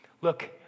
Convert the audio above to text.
look